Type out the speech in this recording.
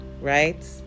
right